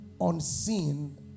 unseen